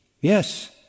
Yes